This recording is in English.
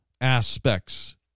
aspects